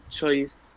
choice